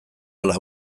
hala